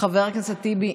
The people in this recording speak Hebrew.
חבר הכנסת טיבי,